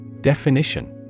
Definition